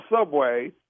subway